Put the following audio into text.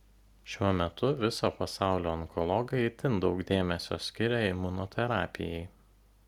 šiuo metu viso pasaulio onkologai itin daug dėmesio skiria imunoterapijai